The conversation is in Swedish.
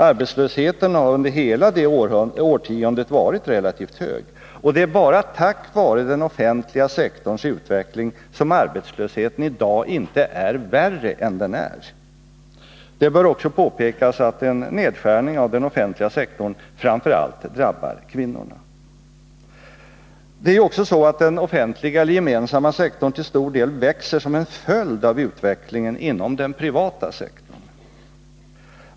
Arbetslösheten har under hela det årtiondet varit relativt hög, och det är bara tack vare den offentliga sektorns utveckling som arbetslösheten i dag inte är värre än den är. Det bör också påpekas att en nedskärning av den offentliga sektorn framför allt drabbar kvinnorna. Det är så, att den offentliga eller gemensamma sektorn till stor del växer som en följd av utvecklingen inom den privata sektorn.